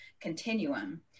continuum